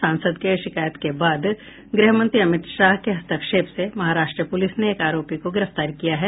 सांसद के शिकायत के बाद गृह मंत्री अमित शाह के हस्तक्षेप से महाराष्ट्र पुलिस ने एक आरोपी को गिरफ्तार किया है